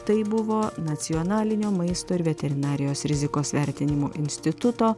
tai buvo nacionalinio maisto ir veterinarijos rizikos vertinimo instituto